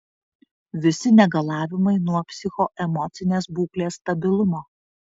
visi negalavimai nuo psichoemocinės būklės stabilumo